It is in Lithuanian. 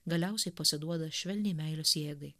galiausiai pasiduoda švelniai meilės jėgai